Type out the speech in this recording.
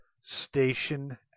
Station